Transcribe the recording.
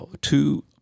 two